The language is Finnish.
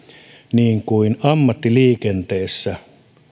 ammattiliikenteessä